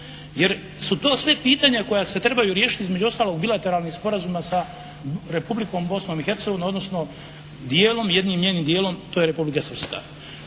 jer su to sve pitanja koja se trebaju riješiti između ostalog bilateralnim sporazumima sa Republikom Bosnom i Hercegovinom odnosno jednim djelom to je Republika Hrvatska.